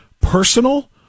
personal